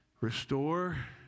Restore